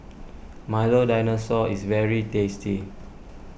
Milo Dinosaur is very tasty